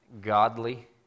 godly